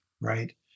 right